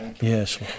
Yes